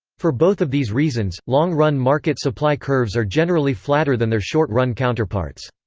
for both of these reasons, long-run market supply curves are generally flatter than their short-run counterparts.